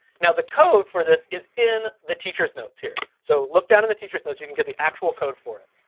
now the code for this is in the teachers notes here. so look down in the teachers notes, you can get the actual code for it.